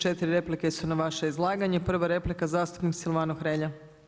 4 replike su na vaše izlaganje, prva replika zastupnika Silvano Hrelja.